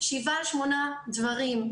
שבעה-שמונה דברים,